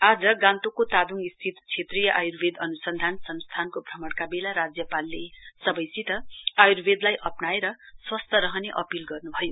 आज गान्तोकको तादोङ स्थित क्षेत्रीय आयुर्वेद अनुसन्धान संस्थानको भ्रमणका बेला राज्यपालले सबैसित आयुर्वेदलाई अप्राएर स्वास्थ्य रहने अपील गर्नुभयो